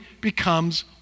becomes